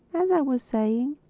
as i was saying,